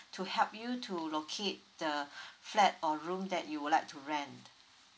to help you to locate the flat or room that you would like to rent